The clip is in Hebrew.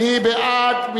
מי בעד?